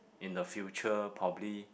in the future probably